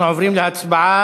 אנחנו עוברים להצבעה.